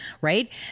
right